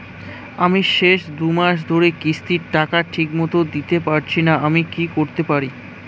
আমি শেষ দুমাস ধরে কিস্তির টাকা ঠিকমতো দিতে পারছিনা আমার কি করতে হবে?